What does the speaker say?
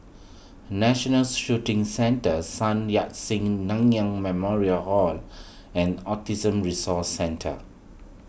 National Shooting Centre Sun Yat Sen Nanyang Memorial Hall and Autism Resource Centre